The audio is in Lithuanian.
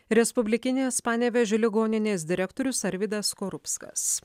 respublikinės panevėžio ligoninės direktorius arvydas skorupskas